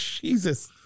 Jesus